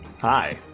hi